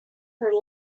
her